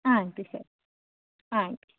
ಹಾಂ ಆಂಟಿ ಸ ಹಾಂ ಆಂಟಿ